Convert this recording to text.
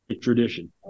tradition